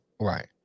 Right